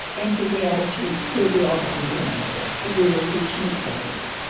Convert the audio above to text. anti-gay attitudes will be all but eliminated that we will reach neutrality